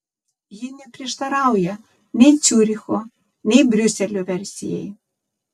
ji neprieštarauja nei ciuricho nei briuselio versijai